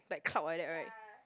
like cloud like that right